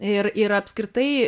ir ir apskritai